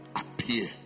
appear